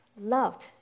loved